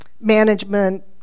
management